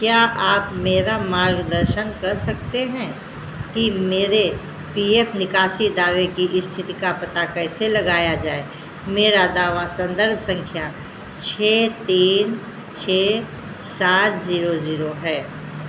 क्या आप मेरा मार्गदर्शन कर सकते हैं कि मेरे पी एफ निकासी दावे की स्थिति का पता कैसे लगाया जाए मेरा दावा संदर्भ संख्या छः तीन छः सात जीरो जीरो है